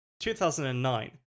2009